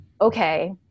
okay